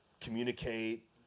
communicate